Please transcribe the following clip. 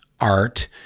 art